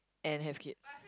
and have kids